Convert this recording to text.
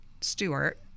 Stewart